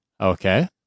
Okay